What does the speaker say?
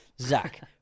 Zach